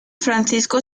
francisco